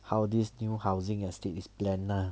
how this new housing estate is plan lah